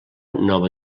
nova